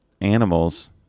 animals